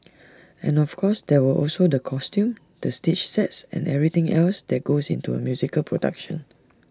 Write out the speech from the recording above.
and of course there were also the costumes the stage sets and everything else that goes into A musical production